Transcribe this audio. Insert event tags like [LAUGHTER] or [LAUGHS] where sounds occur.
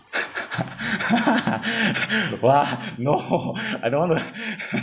[LAUGHS] !wah! no [LAUGHS] I don't want to [LAUGHS]